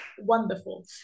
wonderful